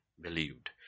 believed